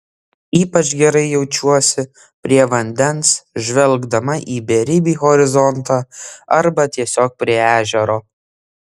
ypač gerai jaučiuosi prie vandens žvelgdama į beribį horizontą arba tiesiog prie ežero